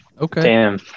Okay